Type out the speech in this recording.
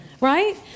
Right